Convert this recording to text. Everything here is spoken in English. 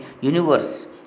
universe